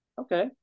okay